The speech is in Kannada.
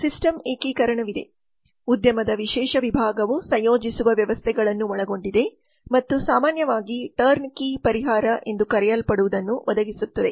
ನಂತರ ಸಿಸ್ಟಮ್ ಏಕೀಕರಣವಿದೆ ಉದ್ಯಮದ ವಿಶೇಷ ವಿಭಾಗವು ಸಂಯೋಜಿಸುವ ವ್ಯವಸ್ಥೆಗಳನ್ನು ಒಳಗೊಂಡಿದೆ ಮತ್ತು ಸಾಮಾನ್ಯವಾಗಿ ಟರ್ನ್ಕೀ ಪರಿಹಾರ ಎಂದು ಕರೆಯಲ್ಪಡುವದನ್ನು ಒದಗಿಸುತ್ತದೆ